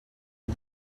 les